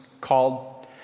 called